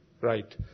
right